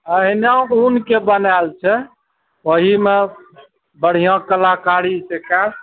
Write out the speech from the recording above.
अहिना उनके बनायल छै ओहीमे बढ़िआँ कलाकारी छै कयल